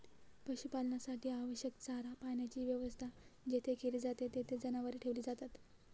पशुपालनासाठी आवश्यक चारा पाण्याची व्यवस्था जेथे केली जाते, तेथे जनावरे ठेवली जातात